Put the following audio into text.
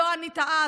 לא ענית אז,